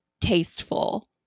tasteful